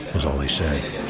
was all he said.